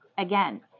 Again